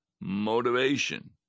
motivation